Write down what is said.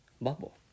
bubble